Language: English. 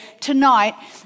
tonight